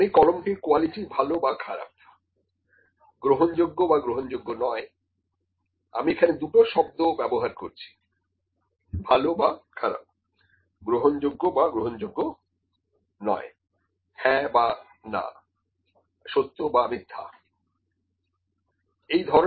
যেমন এই কলমটির কোয়ালিটি ভালো বা খারাপ গ্রহণযোগ্য বা গ্রহণযোগ্য নয়আমি এখানে দুটো শব্দ ব্যাবহার করছি ভালো বা খারাপ গ্রহণযোগ্য বা গ্রহণযোগ্য নয় হ্যাঁ বা না সত্য বা মিথ্যা ইত্যাদি